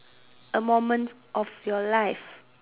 A moment of your life